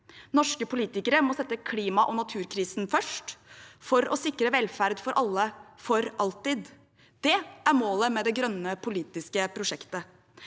Norske politikere må sette klima- og naturkrisen først for å sikre velferd for alle for alltid. Det er målet med det grønne politiske prosjektet.